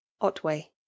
otway